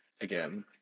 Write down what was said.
again